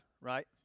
right